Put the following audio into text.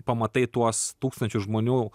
pamatai tuos tūkstančius žmonių